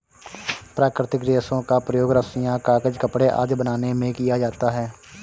प्राकृतिक रेशों का प्रयोग रस्सियॉँ, कागज़, कपड़े आदि बनाने में किया जाता है